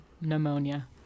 pneumonia